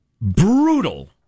brutal